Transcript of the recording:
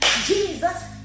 Jesus